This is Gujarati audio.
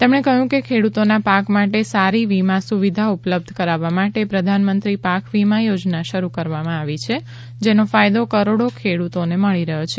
તેમણે કહ્યું કે ખેડૂતોના પાક માટે સારી વીમા સુવિધા ઉપલબ્ધ કરાવવા માટે પ્રધાનમંત્રી પાક વીમા યોજના શરૂ કરવામાં આવી છે જેનો ફાયદો કરોડો ખેડૂતોને મળી રહ્યો છે